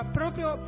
proprio